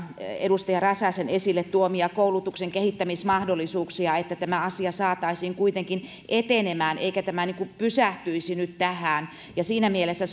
edustaja räsäsen esille tuomia koulutuksen kehittämismahdollisuuksia että tämä asia saataisiin kuitenkin etenemään eikä tämä pysähtyisi nyt tähän siinä mielessä